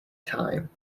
time